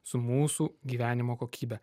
su mūsų gyvenimo kokybe